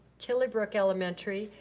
killingbrook elementary,